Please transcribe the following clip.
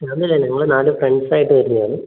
family അല്ല ഞങ്ങൾ നാല് ഫ്രണ്ട്സ് ആയിട്ട് വരുന്നതാണ്